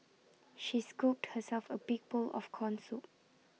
she scooped herself A big bowl of Corn Soup